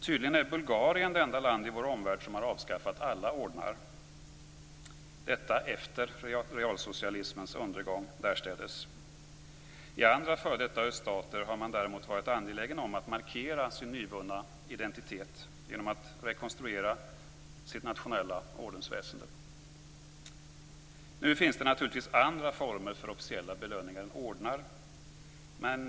Tydligen är Bulgarien det enda land i vår omvärld som har avskaffat alla ordnar - detta efter realsocialismens undergång därstädes. I andra f.d. öststater har man däremot varit angelägen om att markera sin nyvunna identitet genom att rekonstruera sitt nationella ordensväsende. Nu finns det naturligtvis andra former för officiella belöningar än ordnar.